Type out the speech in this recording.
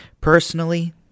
Personally